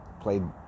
played